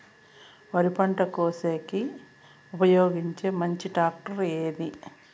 వరి పంట కోసేకి ఉపయోగించే మంచి టాక్టర్ ఏది?